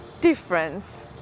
difference